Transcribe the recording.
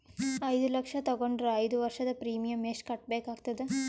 ಐದು ಲಕ್ಷ ತಗೊಂಡರ ಐದು ವರ್ಷದ ಪ್ರೀಮಿಯಂ ಎಷ್ಟು ಕಟ್ಟಬೇಕಾಗತದ?